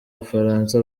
bufaransa